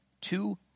two